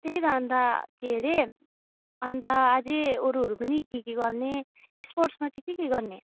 त्यही त अन्त के अरे अन्त अझै अरूहरू पनि के के गर्ने स्पोर्ट्समा चाहिँ के के गर्ने